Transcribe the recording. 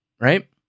right